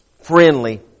friendly